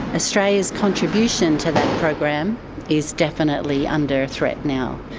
ah australia's contribution to that program is definitely under threat now.